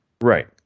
Right